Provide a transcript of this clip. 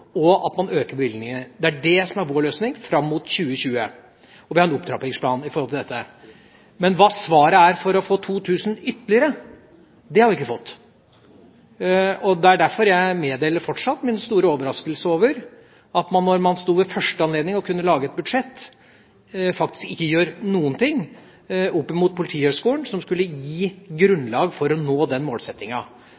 og at man øker bevilgningene. Det er vår løsning fram mot 2020. Og vi har en opptrappingsplan for dette. Hva svaret er for å få ytterligere 2 000, har vi ikke fått vite. Det er derfor jeg fortsatt meddeler min store overraskelse over at man, når man første gang kunne lage et budsjett, ikke gjør noe opp mot Politihøgskolen, som skulle gi